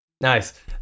Nice